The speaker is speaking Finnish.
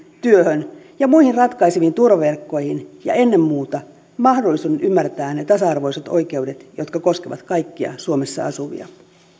työhön ja muihin ratkaiseviin turvaverkkoihin ja ennen muuta mahdollisuuden ymmärtää ne tasa arvoiset oikeudet jotka koskevat kaikkia suomessa asuvia